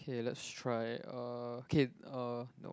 okay let's try uh okay uh nope